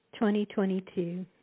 2022